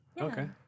Okay